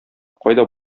кайда